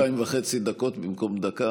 אתה כבר בשתיים וחצי דקות במקום דקה.